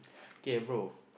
K bro